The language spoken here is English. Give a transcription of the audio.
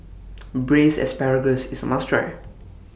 Braised Asparagus IS A must Try